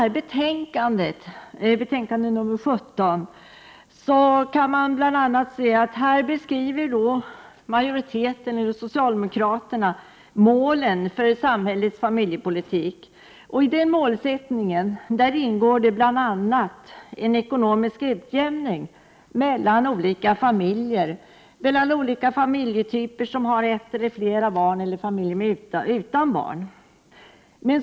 När jag studerar betänkande 17 kan jag bl.a. se att socialdemokraterna beskriver målen för samhällets familjepolitik. I målsättningen ingår bl.a. ekonomisk utjämning mellan olika familjetyper — de som har ett eller flera barn och familjer utan barn.